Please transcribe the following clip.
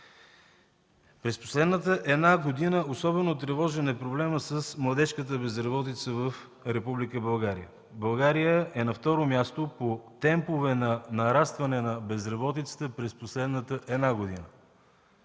През последната една година особено тревожен е проблемът с младежката безработица в Република България. България е на второ място по темпове на нарастване на безработицата през последната една година.